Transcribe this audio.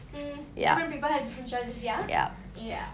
hmm different people have different choices ya ya